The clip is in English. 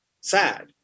sad